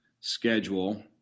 schedule